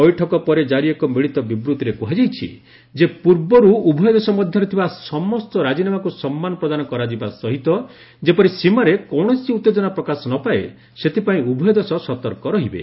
ବୈଠକ ପରେ ଜାରି ଏକ ମିଳିତ ବିବୃଭିରେ କୁହାଯାଇଛି ଯେ ପୂର୍ବରୁ ଉଭୟ ଦେଶ ମଧ୍ୟରେ ଥିବା ସମସ୍ତ ରାଜିନାମାକୁ ସମ୍ମାନ ପ୍ରଦାନ କରାଯିବା ସହିତ ଯେପରି ସୀମାରେ କୌଣସି ଉଉେଜନା ପ୍ରକାଶ ନପାଏ ସେଥିପାଇଁ ଉଭୟ ଦେଶ ସତର୍କ ରହିବେ